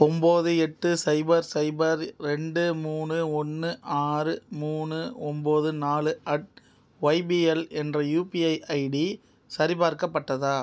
ஒம்பது எட்டு cipher cipher ரெண்டு மூணு ஒன்று ஆறு மூணு ஒம்பது நாலு அட் ஒய்பிஎல் என்ற யூபிஐ ஐடி சரிபார்க்கப்பட்டதா